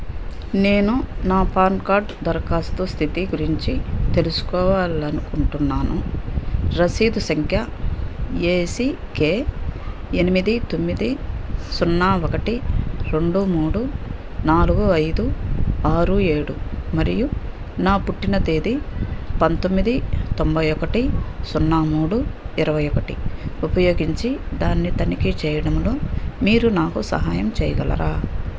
నేను నా PAN card దరఖాస్తు స్థితి గురించి తెలుసుకోవాలి అనుకుంటున్నాను రసీదు సంఖ్య ఏ సీ కె ఎనిమిది తొమ్మిది సున్నా ఒకటి రెండు మూడు నాలుగు ఐదు ఆరు ఏడు మరియు నా పుట్టిన తేదీ పంతొమ్మిది తొంభై ఒకటి సున్నా మూడు ఇరవై ఒకటి ఉపయోగించి దాన్ని తనిఖీ చేయడంలో మీరు నాకు సహాయం చేయగలరా